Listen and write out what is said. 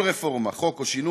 כל רפורמה, חוק או שינוי